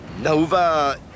Nova